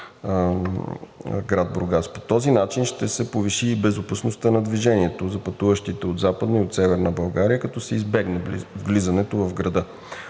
град Бургас. По този начин ще се повиши безопасността на движението за пътуващите от Западна и от Северна България, като се избегне влизането в града.